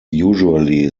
usually